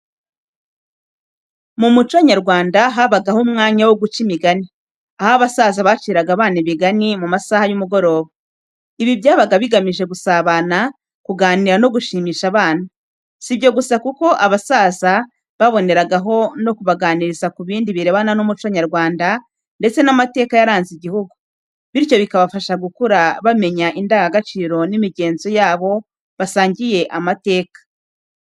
Mu muco nyarwanda, habagaho umwanya wo guca imigani, aho abasaza baciraga abana imigani mu masaha y’umugoroba. Ibi byabaga bigamije gusabana, kuganira no gushimisha abana. Si ibyo gusa, kuko abasaza baboneragaho no kubaganiriza ku bindi birebana n’umuco nyarwanda ndetse n’amateka yaranze igihugu, bityo bikabafasha gukura bamenya indangagaciro n’imigenzo y’abo basangiye amateka.